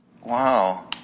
Wow